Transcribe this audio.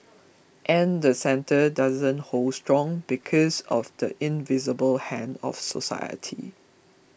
and the centre doesn't hold strong because of the invisible hand of society